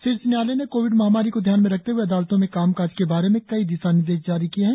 शीर्ष न्यायालय ने कोविड महामारी को ध्यान में रखते हए अदालतों में कामकाज के बारे में कई दिशा निर्देश जारी किए हैं